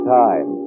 time